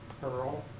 Pearl